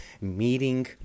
meeting